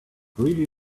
really